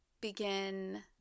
begin